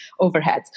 overheads